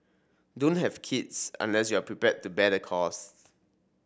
don't have kids unless you are prepared to bear the costs